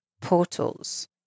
portals